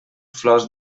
flors